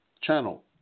channel